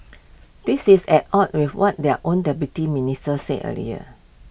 this is at odds with what their own deputy minister said earlier